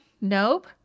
Nope